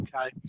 okay